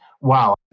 wow